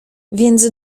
więc